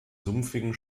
sumpfigen